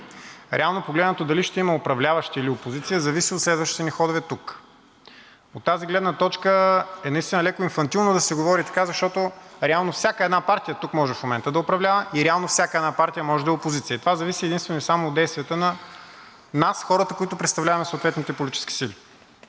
Реално погледнато, дали ще има управляващи, или опозиция зависи от следващите ни ходове тук. От тази гледна точка е наистина леко инфантилно да се говори така, защото реално всяка една партия тук може в момента да управлява и реално всяка една партия може да е опозиция и това зависи единствено и само от действията на нас, хората, които представляваме съответните политически сили.